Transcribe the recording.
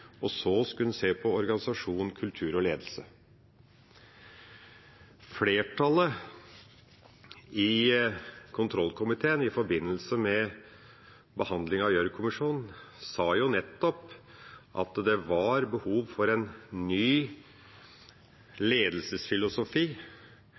og så skulle en se på organisasjon, kultur og ledelse. Flertallet i kontrollkomiteen sa jo, i forbindelse med behandlingen av Gjørv-kommisjonens rapport, nettopp at det var behov for en ny ledelsesfilosofi.